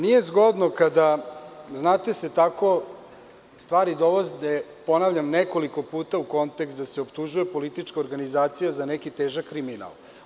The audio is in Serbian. Nije zgodno kada se stvari dovode, ponavljam, nekoliko puta u kontekst da se optužuje politička organizacija za neki težak kriminal.